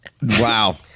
Wow